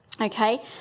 okay